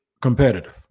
competitive